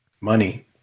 Money